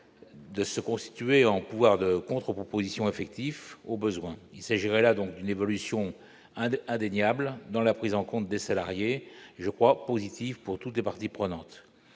de se constituer en pouvoir de contre-proposition effectif, au besoin. Il s'agirait là d'une évolution indéniable dans la prise en compte des salariés, et d'une évolution positive pour toutes les parties prenantes.